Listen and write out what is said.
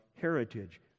heritage